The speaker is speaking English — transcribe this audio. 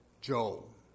Joel